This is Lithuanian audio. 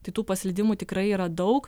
tai tų paslydimų tikrai yra daug